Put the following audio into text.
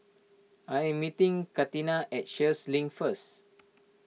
I am meeting Catina at Sheares Link first